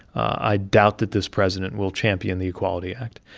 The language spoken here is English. i doubt that this president will champion the equality act.